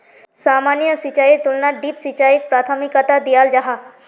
सामान्य सिंचाईर तुलनात ड्रिप सिंचाईक प्राथमिकता दियाल जाहा